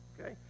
Okay